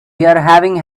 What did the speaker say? having